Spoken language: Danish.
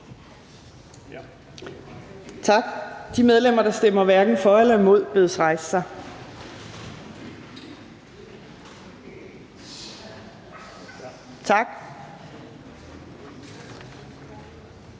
Tak. De medlemmer, der stemmer hverken for eller imod, bedes rejse sig. Tak.